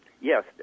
Yes